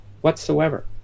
whatsoever